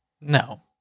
No